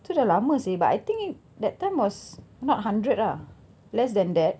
lama seh but I think that time was not hundred ah less than that